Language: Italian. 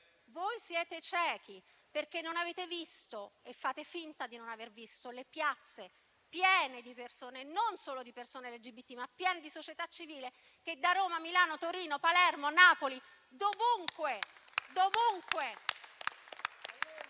voi siete ciechi perché non avete visto - fate finta di non aver visto - le piazze piene di persone, non solo di persone LGBT, ma della società civile. Da Roma, Milano, Torino, Palermo, Napoli, da ovunque